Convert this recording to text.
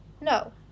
No